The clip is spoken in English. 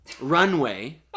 runway